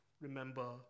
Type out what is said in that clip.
remember